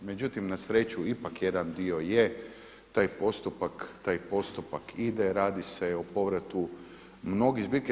Međutim, na sreću ipak jedan dio je, taj postupak ide, radi se o povratu mnoge zbirke.